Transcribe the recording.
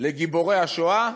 אל גיבורי השואה,